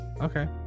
okay